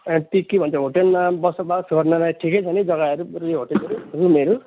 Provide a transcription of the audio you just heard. त्यो के भन्छ होटेलमा बसोबास गर्नलाई ठिकै छ नि जग्गाहरू अरू यो होटेलहरू रुमहरू